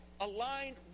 aligned